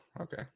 okay